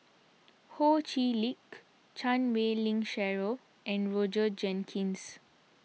Ho Chee Lick Chan Wei Ling Cheryl and Roger Jenkins